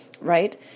right